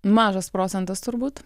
mažas procentas turbūt